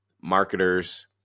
marketers